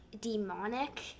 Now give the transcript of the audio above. demonic